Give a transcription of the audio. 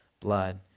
blood